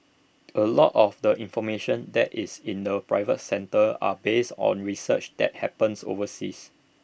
A lot of the information that is in the private centres are based on research that happens overseas